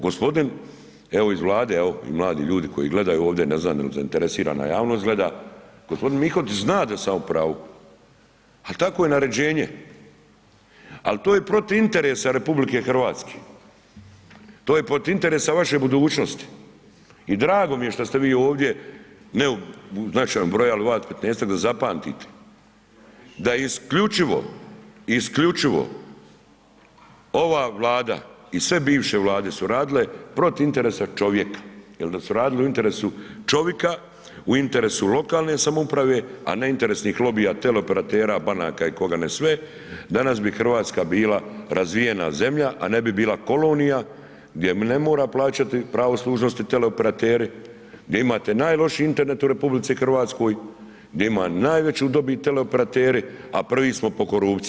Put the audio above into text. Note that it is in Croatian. Gospodin evo Vlade, evo mladi ljudi koji gledaju ovdje, ne znam jel' zainteresirana javnost gleda, g. Mihotić zna da sam ja u pravu ali takvo je naređenje ali to je protiv interesa RH, to je protiv interesa vaše budućnosti i drago mi je što ste vi ovdje ne značajan broj ali vas 15-ak da zapamtite da isključivo i isključivo ova Vlada i sve bivše Vlade su radile protiv interesa čovjeka jer dok su radile u interesu čovjeka, u interesu lokalne samouprave, a ne interesnih lobija, teleoperatera, banaka i koga ne sve, danas bi Hrvatska bila razvijena zemlja a ne bi bila kolonija gdje ne mora plaćati pravo služnosti teleoperateri, gdje imate najlošiji Internet u RH, gdje ima najveću dobit teleoperateri a prvi smo po korupciji.